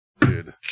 Dude